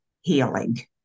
healing